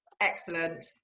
Excellent